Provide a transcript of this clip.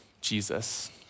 Jesus